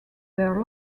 their